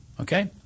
okay